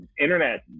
internet